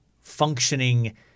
functioning